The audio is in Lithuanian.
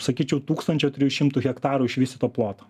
sakyčiau tūkstančio trijų šimtų hektarų išvystyto ploto